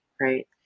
right